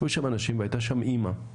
היו שם אנשים והייתה שם אימא,